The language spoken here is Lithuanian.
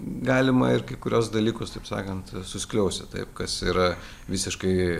galima ir kai kuriuos dalykus taip sakant suskliausti taip kas yra visiškai